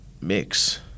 mix